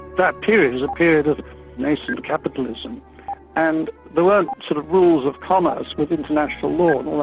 that period was a period of nascent capitalism and there weren't sort of rules of commerce with international law and all